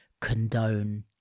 condone